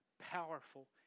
powerful